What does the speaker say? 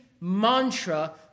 mantra